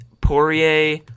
Poirier